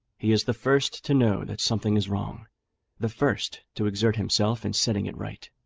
he is the first to know that something is wrong the first to exert himself in setting it right.